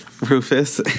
Rufus